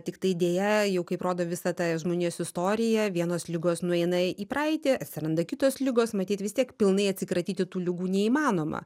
tiktai deja jau kaip rodo visa ta žmonijos istorija vienos ligos nueina į praeitį atsiranda kitos ligos matyt vis tiek pilnai atsikratyti tų ligų neįmanoma